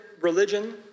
religion